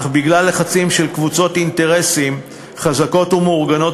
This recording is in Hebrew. אך בגלל לחצים של קבוצות אינטרסים חזקות ומאורגנות